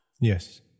Yes